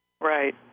Right